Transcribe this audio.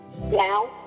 Now